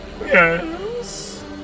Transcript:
Yes